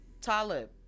Talib